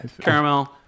Caramel